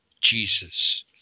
Jesus